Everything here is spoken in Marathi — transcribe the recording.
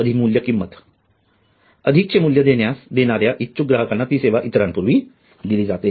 अधिमूल्य किंमत अधिकचे मूल्य देण्यास इच्छुक ग्राहकांना ती सेवा इतरांपूर्वी दिली जाते